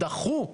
תודה.